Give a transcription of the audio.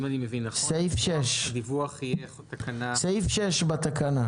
אם אני מבין נכון, דיווח --- סעיף 6 בתקנה.